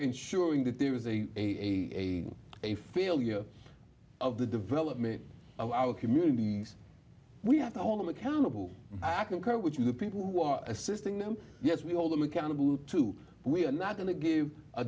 ensuring that there is a a a a failure of the development of our communities we have to hold them accountable i concur with you the people who are assisting them yes we hold them accountable to we're not going to give